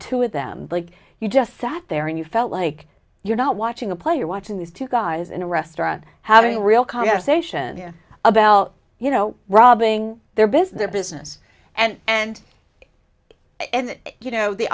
two of them like you just sat there and you felt like you're not watching a play or watching these two guys in a restaurant having a real conversation here about you know robbing their business business and and you know the